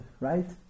right